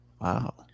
Wow